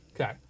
okay